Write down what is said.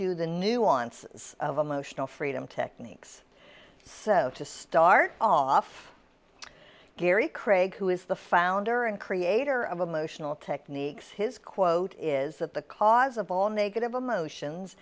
you the nuance of emotional freedom techniques so to start off gary craig who is the founder and creator of emotional techniques his quote is that the cause of all negative emotions